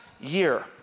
year